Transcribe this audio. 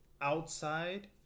outside